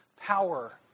power